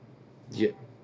yup